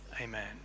Amen